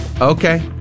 Okay